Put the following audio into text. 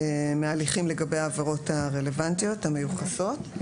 מהליכים לגבי העבירות הרלוונטיות המיוחסות,